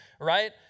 Right